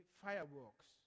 fireworks